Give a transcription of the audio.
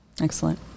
Excellent